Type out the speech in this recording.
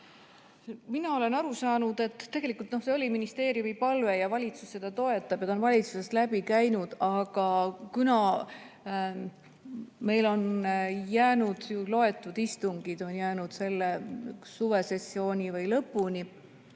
Mina olen aru saanud, et tegelikult see oli ministeeriumi palve ja valitsus seda toetab. See eelnõu on valitsusest läbi käinud, aga meil on jäänud loetud istungid suvesessiooni lõpuni